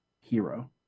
hero